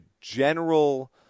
general